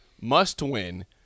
must-win